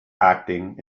acting